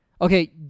Okay